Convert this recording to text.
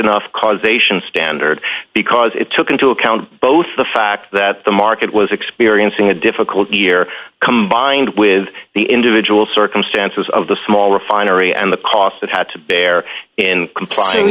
enough causation standard because it took into account both the fact that the market was experiencing a difficult year combined with the individual circumstances of the small refinery and the costs that had to bear in complying